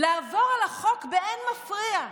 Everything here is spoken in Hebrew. לעבור על החוק באין מפריע.